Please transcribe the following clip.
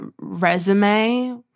resume